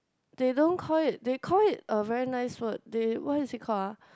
they don't call it they call it a very nice word they what is it called ah